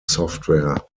software